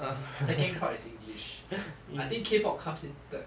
second crowd is english I think K pop comes in third